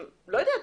אני רוצה